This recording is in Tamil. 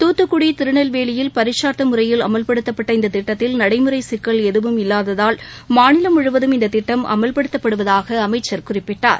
தூத்துக்குடி திருநெல்வேலியில் பரிட்சார்தத முறையில் அமல்படுத்தப்பட்ட இந்த திட்டத்தில் நடைமுறை சிக்கல் ஏதுவும் இல்லாததால் மாநிலம் முழுவதும் இந்த திட்டம் அமல்படுத்தப்படுவதாக அமைச்சர் குறிப்பிட்டார்